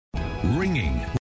Ringing